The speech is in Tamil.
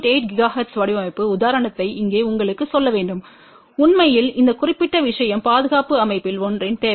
8 ஜிகாஹெர்ட்ஸின் வடிவமைப்பு உதாரணத்தை இங்கே உங்களுக்குச் சொல்ல வேண்டும்உண்மையில் இந்த குறிப்பிட்ட விஷயம் பாதுகாப்பு அமைப்பில் ஒன்றின் தேவை